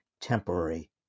temporary